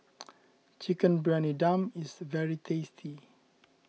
Chicken Briyani Dum is very tasty